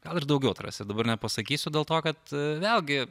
gal ir daugiau atrasi dabar nepasakysiu dėl to kad vėlgi